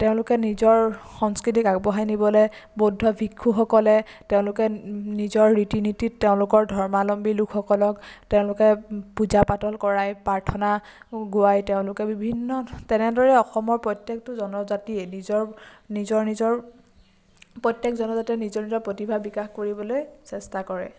তেওঁলোকে নিজৰ সংস্কৃতিক আগবঢ়াই নিবলৈ বৌদ্ধ ভিক্ষুসকলে তেওঁলোকে নিজৰ ৰীতি নীতিত তেওঁলোকৰ ধৰ্মালম্বী লোকসকলক তেওঁলোকে পূজা পাতল কৰায় প্ৰাৰ্থনা গোৱায় তেওঁলোকে বিভিন্ন তেনেদৰে অসমৰ প্ৰত্যেকটো জনজাতিয়ে নিজৰ নিজৰ নিজৰ প্ৰত্যেক জনজাতিয়ে নিজৰ নিজৰ প্ৰতিভা বিকাশ কৰিবলৈ চেষ্টা কৰে